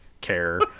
care